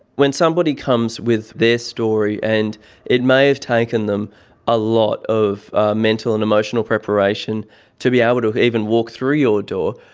when somebody comes with their story and it may have taken them a lot of mental and emotional preparation to be able to even walk through your door,